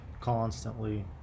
constantly